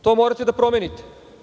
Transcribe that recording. To morate da promenite.